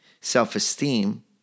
Self-esteem